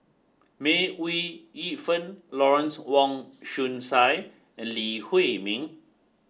May Ooi Yu Fen Lawrence Wong Shyun Tsai and Lee Huei Min